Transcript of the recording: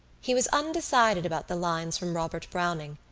he was undecided about the lines from robert browning,